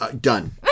done